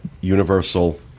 Universal